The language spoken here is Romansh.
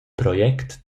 project